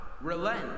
relent